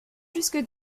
jusque